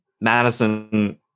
Madison